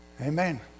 Amen